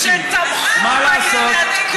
לימור לבנת וסילבן שלום,